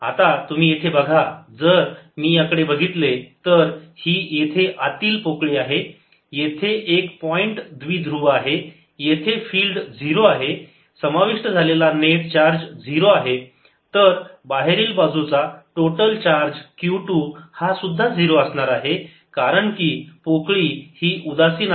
आता तुम्ही इथे बघा मी जर याकडे बघितले तर हि येथे आतील पोकळी आहे येथे एक पॉईंट द्विध्रुव आहे येथे फील्ड झिरो आहे समाविष्ट झालेला नेट चार्ज 0 आहे तर बाहेरील बाजूचा टोटल चार्ज Q2 हा सुद्धा झिरो असणार आहे कारण की पोकळी ही उदासीन आहे